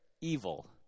evil